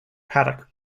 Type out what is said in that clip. paddock